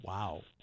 Wow